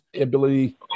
ability